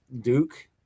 Duke